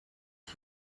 she